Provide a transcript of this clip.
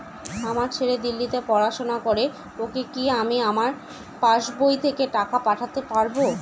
আমার ছেলে দিল্লীতে পড়াশোনা করে ওকে কি আমি আমার পাসবই থেকে টাকা পাঠাতে পারব?